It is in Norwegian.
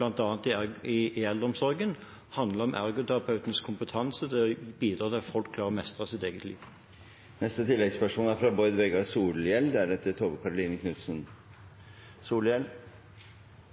står foran, bl.a. i eldreomsorgen, handler om ergoterapeutens kompetanse til å bidra til at folk klarer å mestre sitt eget liv. Bård Vegard Solhjell – til oppfølgingsspørsmål. Sjølv om nasjonen nok består neste år òg, er